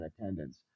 attendance